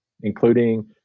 including